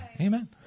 Amen